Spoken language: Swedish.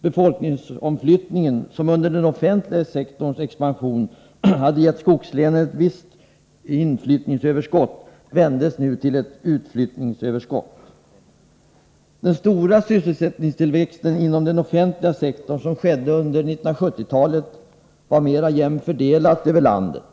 Befolkningsomflyttningen, som under den offentliga sektorns expansion hade gett skogslänen ett visst inflyttningsöverskott, vändes nu till ett utflyttningsöverskott. : Den stora sysselsättningstillväxt inom den offentliga sektorn som skedde under 1970-talet var mera jämnt fördelad över landet.